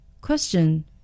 Question